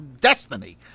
destiny